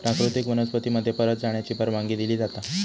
प्राकृतिक वनस्पती मध्ये परत जाण्याची परवानगी दिली जाता